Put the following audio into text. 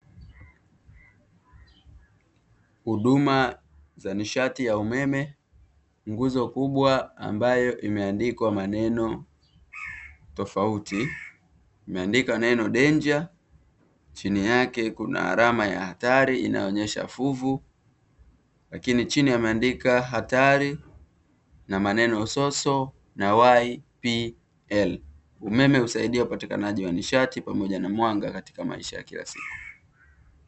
Huduma za nishati ya umeme nguzo kubwa ambayo imeandikwa maneno tofauti imeandikwa neno "danger" chini yake kuna alama ya hatari inayoonesha fuvu lakini chini wameandika hatari na maneno soso na "ypl" umeme husaidia upatiknaji wa nishati pamoja na mwanga katika maisha ya kila siku.